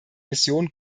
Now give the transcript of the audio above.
mission